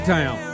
Town